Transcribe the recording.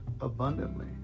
abundantly